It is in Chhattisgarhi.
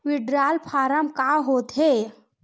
विड्राल फारम का होथेय